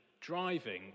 driving